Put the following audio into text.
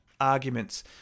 arguments